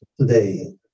today